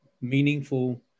meaningful